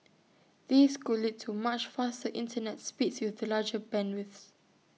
this could lead to much faster Internet speeds with larger bandwidths